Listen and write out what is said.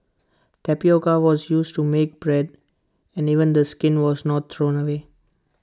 tapioca was used to make bread and even the skin was not thrown away